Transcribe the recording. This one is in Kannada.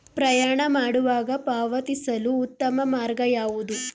ಪ್ರಯಾಣ ಮಾಡುವಾಗ ಪಾವತಿಸಲು ಉತ್ತಮ ಮಾರ್ಗ ಯಾವುದು?